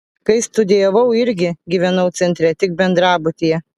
kai studijavau irgi gyvenau centre tik bendrabutyje